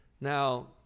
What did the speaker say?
Now